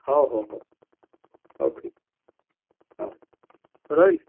ହଉ ହଉ ହଉ ହଉ ଠିକ୍ ଅଛି ହଉ ରହିଲି